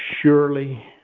surely